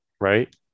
Right